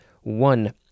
One